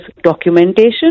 documentation